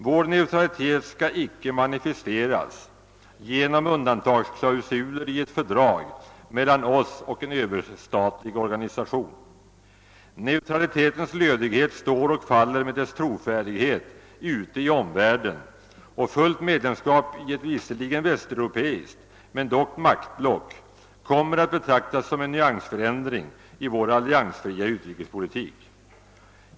Vår neutralitet skall icke manifesteras genom undantagsklausuler i ett fördrag mellan oss och en överstatlig organisation. Neutralitetens lödighet står och faller med dess trovärdighet ute i omvärlden, och fullt medlemskap i ett visserligen västeuropeiskt men dock maktblock kommer att betraktas som en nyansförändring i vår alliansfria utrikespolitik.